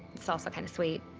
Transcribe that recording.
it's also kind of sweet.